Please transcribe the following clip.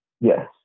yes